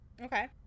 Okay